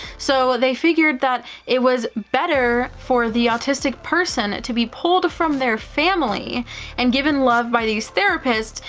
so, they figured that it was better for the autistic person to be pulled from their family and given love by these therapists,